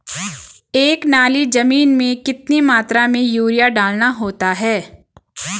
एक नाली जमीन में कितनी मात्रा में यूरिया डालना होता है?